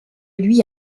lui